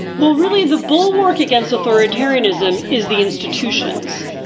well, really, the bulwark against authoritarianism is the institutions,